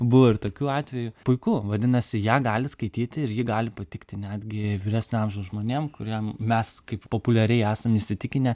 buvo ir tokių atvejų puiku vadinasi ją gali skaityti ir ji gali patikti netgi vyresnio amžiaus žmonėm kuriem mes kaip populiariai esam įsitikinę